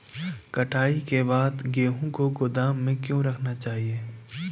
कटाई के बाद गेहूँ को गोदाम में क्यो रखना चाहिए?